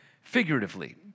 figuratively